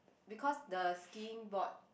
because the skiing board